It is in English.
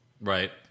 Right